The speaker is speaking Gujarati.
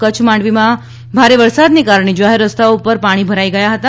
કચ્છ માંડવીમાં ભારે વરસાદને કારણે જાહેર રસ્તાઓ ઉપર પાણી ભરાઇ ગયા છે